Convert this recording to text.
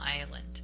Island